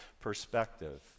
perspective